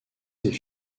ses